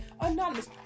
Anonymous